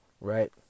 Right